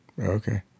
Okay